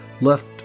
left